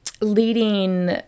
leading